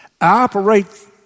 operate